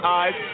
eyes